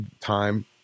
time